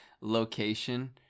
location